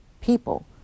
people